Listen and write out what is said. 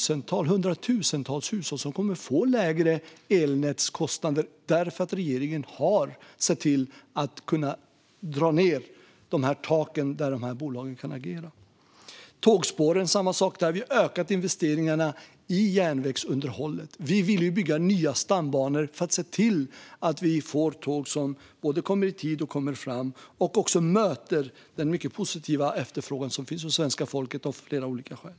Det är hundratusentals hushåll som kommer att få lägre elnätskostnader därför att regeringen har sett till att dra ned taken för bolagens agerande. Det är samma sak med tågspåren. Vi har ökat investeringarna i järnvägsunderhållet. Vi vill bygga nya stambanor för att se till att tågen kommer både fram och i tid och även möter den mycket positiva efterfrågan som finns hos svenska folket av flera olika skäl.